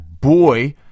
boy